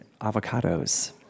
avocados